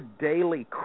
daily